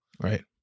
right